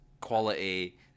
quality